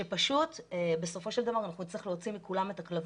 שפשוט בסופו של דבר אנחנו נצטרך להוציא מכולם את הכלבים,